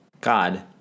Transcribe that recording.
God